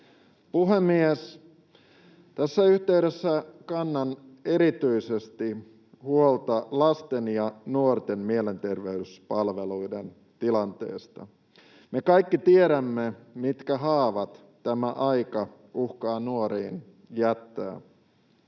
Puhemies! Tässä yhteydessä kannan erityisesti huolta lasten ja nuorten mielenterveyspalveluiden tilanteesta. Me kaikki tiedämme, mitkä haavat tämä aika uhkaa nuoriin jättää.